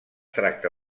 tracta